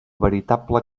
veritable